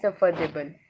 affordable